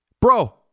bro